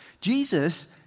Jesus